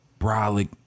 brolic